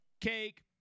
cake